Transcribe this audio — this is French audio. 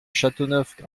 châteauneuf